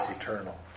eternal